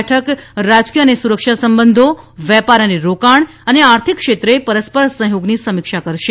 બેઠક રાજકીય અને સુરક્ષા સંબંધો વેપાર અને રોકાણ અને આર્થિક ક્ષેત્રે પરસ્પર સહયોગની સમીક્ષા કરશે